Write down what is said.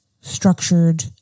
structured